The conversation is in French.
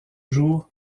jours